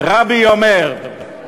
"רבי אומר,